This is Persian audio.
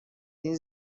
این